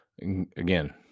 again